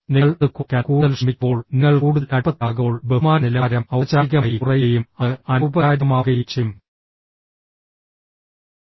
നിങ്ങൾ അത് കുറയ്ക്കാൻ കൂടുതൽ ശ്രമിക്കുമ്പോൾ നിങ്ങൾ കൂടുതൽ അടുപ്പത്തിലാകുമ്പോൾ ബഹുമാന നിലവാരം ഔപചാരികമായി കുറയുകയും അത് അനൌപചാരികമാവുകയും ചെയ്യും